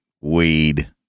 weed